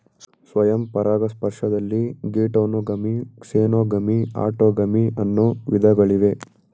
ಸ್ವಯಂ ಪರಾಗಸ್ಪರ್ಶದಲ್ಲಿ geitonogamy, xenogamy, autogamy ಅನ್ನೂ ವಿಧಗಳಿವೆ